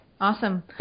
Awesome